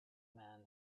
man